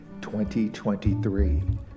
2023